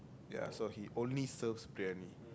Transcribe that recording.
ya so he only serves Briyani